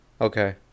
Okay